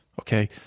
okay